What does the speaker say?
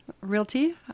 Realty